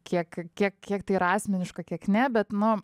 kiek kiek kiek tai yra asmeniška kiek ne bet nu